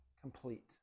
complete